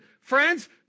friends